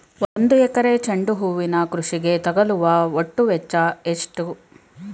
ಒಂದು ಎಕರೆ ಚೆಂಡು ಹೂವಿನ ಕೃಷಿಗೆ ತಗಲುವ ಒಟ್ಟು ವೆಚ್ಚ ಎಷ್ಟು?